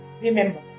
remember